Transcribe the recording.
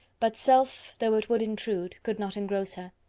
but self, though it would intrude, could not engross her.